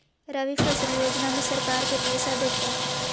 रबि फसल योजना में सरकार के पैसा देतै?